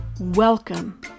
Welcome